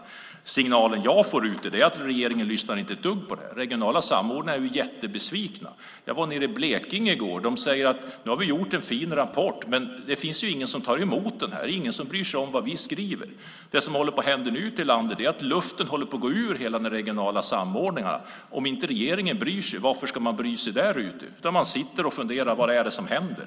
Den signal som jag får är att regeringen inte lyssnar ett dugg på dem. De regionala samordnarna är jättebesvikna. Jag var i Blekinge i går. Där säger samordnarna: Nu har vi gjort en fin rapport, men det finns ingen som tar emot den. Det är ingen som bryr sig om vad vi skriver. Det som nu håller på att hända ute i landet är att luften går ur hela den regionala samordningen. Om inte regeringen bryr sig, varför ska man bry sig där ute. Man sitter och funderar: Vad är det som händer?